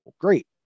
great